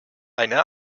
eine